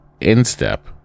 instep